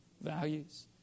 values